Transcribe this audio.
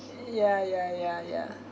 ya ya ya ya